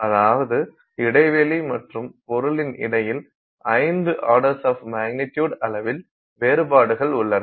அதாவது இடைவெளி மற்றும் பொருளின் இடையில் 5 ஆர்டர் ஆஃப் மேக்னெட்டியூட் அளவில் வேறுபாடுகள் உள்ளன